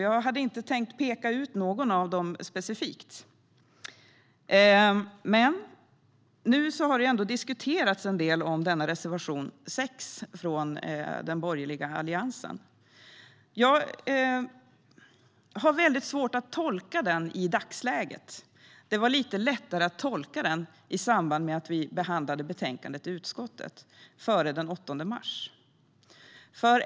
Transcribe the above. Jag hade inte tänkt peka ut någon av dem specifikt, men nu har reservation 6 från Alliansen diskuterats en del. Jag har svårt att tolka den i dagsläget. Det var lite lättare att tolka den i samband med att vi behandlade betänkandet i utskottet, före den 8 mars.